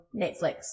Netflix